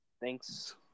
Thanks